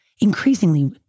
increasingly